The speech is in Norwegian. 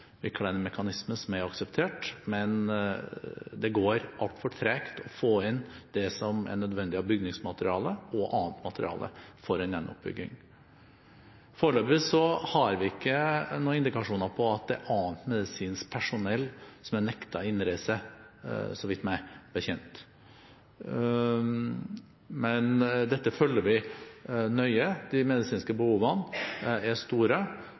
akseptert, men det går altfor tregt å få inn det som er nødvendig av bygningsmaterialer og annet materiale for en gjenoppbygging. Foreløpig har vi ingen indikasjoner på at det er annet medisinsk personell som er nektet innreise, så vidt meg bekjent, men dette følger vi nøye. De medisinske behovene er store,